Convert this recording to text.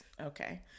Okay